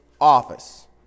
office